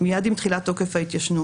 מיד עם תחילת תוקף ההתיישנות.